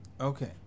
Okay